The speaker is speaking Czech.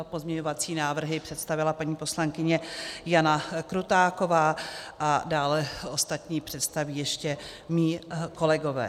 Pozměňovací návrhy představila paní poslankyně Jana Krutáková a dále ostatní představí ještě mí kolegové.